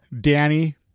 Danny